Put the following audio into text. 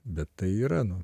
bet tai yra nu